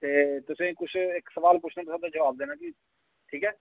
तुसें गी किश इक सुआल पुछने ते तुसें उ'दां जवाब देना ठीक ऐ